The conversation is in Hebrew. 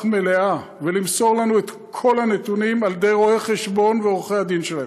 מלאה ולמסור לנו את כל הנתונים על ידי רואי החשבון ועורכי הדין שלהם,